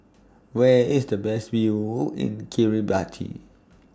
Where IS The Best View in Kiribati